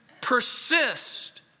persist